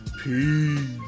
Peace